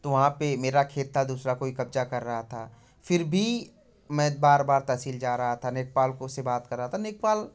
तो वहाँ पर मेरा खेत था दूसरा कोई कब्ज़ा कर रहा था फिर भी मैं बार बार तहसील जा रहा था लेखपालकों से बात कर रहा था लेखपाल